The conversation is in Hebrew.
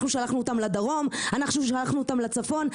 אנחנו שלחנו אותם לדרום אנחנו שלחנו אותם לצפון,